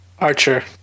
Archer